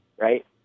right